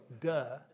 duh